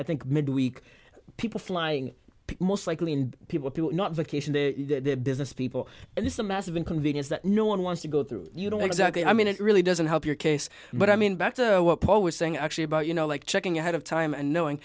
i think mid week people flying most likely and people not the case in the business people and it's a massive inconvenience that no one wants to go through you know exactly i mean it really doesn't help your case but i mean back to what paul was saying actually about you know like checking ahead of time and knowing